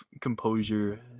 composure